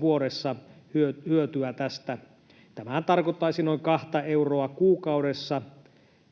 vuodessa hyötyä tästä. Tämähän tarkoittaisi noin kahta euroa kuukaudessa,